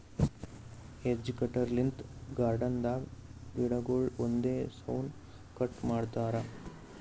hedge cutter ಲಿಂತ್ garden ದಾಗ್ ಗಿಡಗೊಳ್ ಒಂದೇ ಸೌನ್ ಕಟ್ ಮಾಡ್ತಾರಾ